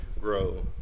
grow